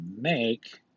make